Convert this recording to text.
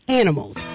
animals